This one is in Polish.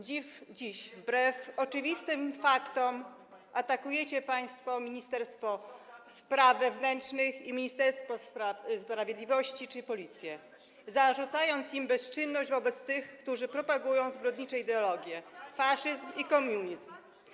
Dziś wbrew oczywistym faktom atakujecie państwo ministerstwo spraw wewnętrznych, Ministerstwo Sprawiedliwości czy Policję, zarzucając im bezczynność wobec tych, którzy propagują zbrodnicze ideologie: faszyzm i komunizm.